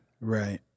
right